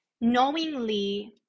knowingly